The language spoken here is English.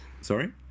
Sorry